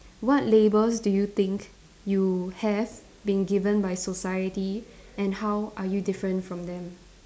what labels do you think you have been given by society and how are you different from them